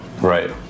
Right